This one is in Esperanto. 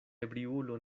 ebriulo